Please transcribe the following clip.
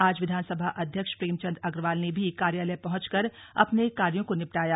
आज विधानसभा अध्यक्ष प्रेमचंद अग्रवाल ने भी कार्यालय पहुंचकर अपने कार्यो को निपटाया